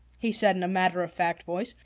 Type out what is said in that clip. he said in a matter-of-fact voice,